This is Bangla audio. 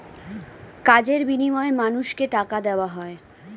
কাজের বিনিময়ে মানুষকে টাকা দেওয়া হয়